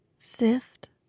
Sift